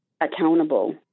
accountable